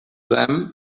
them